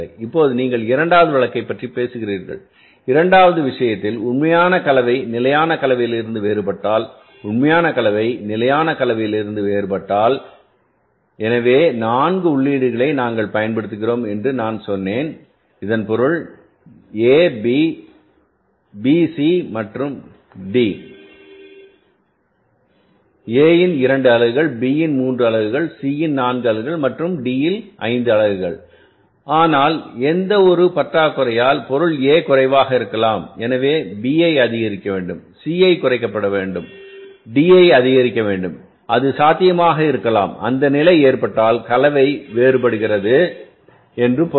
இப்போது நீங்கள் இரண்டாவது வழக்கைப் பற்றி பேசுகிறீர்கள் இரண்டாவது விஷயத்தில் உண்மையான கலவை நிலையான கலவையிலிருந்து வேறுபட்டால் உண்மையான கலவை நிலையான கலவையிலிருந்து வேறுபட்டால் எனவே 4 உள்ளீடுகளை நாங்கள் பயன்படுத்துகிறோம் என்று நான் சொன்னது இதன் பொருள் B C மற்றும் D A இன் 2 அலகுகள் B இன் 3 அலகுகள் C இன் 4 அலகுகள் மற்றும் D இன் 5 அலகுகள் ஆனால் எந்தவொருபற்றாக்குறையால் பொருளும்A குறைவாக இருக்கலாம் எனவே B ஐ அதிகரிக்க வேண்டும் C குறைக்கப்பட வேண்டும் மற்றும் D அதிகரிக்கப்பட வேண்டும் அது சாத்தியமாக இருக்கலாம் அந்த நிலை ஏற்பட்டால் கலவை வேறுபடுகிறது என்று பொருள்